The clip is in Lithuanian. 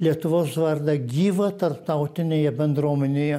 lietuvos vardą gyvą tarptautinėje bendruomenėje